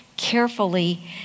carefully